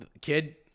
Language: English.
kid